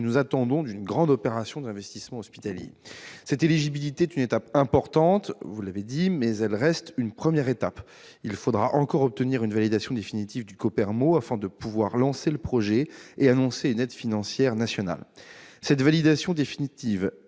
nous attendons d'une grande opération d'investissement hospitalier. Cette éligibilité est une étape importante, vous l'avez dit, mais elle reste une première étape. Il faudra encore obtenir une validation définitive du COPERMO avant de pouvoir lancer le projet et annoncer une aide financière nationale. La validation définitive